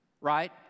right